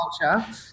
culture